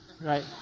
Right